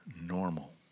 normal